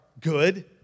good